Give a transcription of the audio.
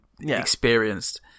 experienced